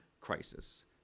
crisis